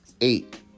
Eight